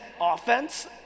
offense